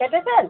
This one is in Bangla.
কেটেছেন